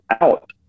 out